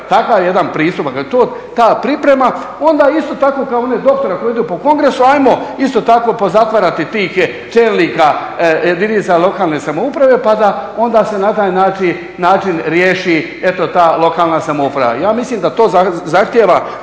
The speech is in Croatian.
takav jedan pristup ako je to ta priprema onda isto tako kao i one doktore koji idu po kongresu ajmo isto tako pozatvarati tih čelnika jedinica lokalne samouprave pa da onda se na taj način riješi eto ta lokalna samouprava. Ja mislim da to zahtijeva